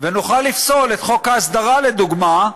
ונוכל לפסול את חוק ההסדרה, לדוגמה,